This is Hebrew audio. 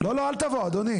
רק לגבי מה, הנתון שכרגע אדוני